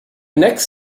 next